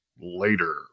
later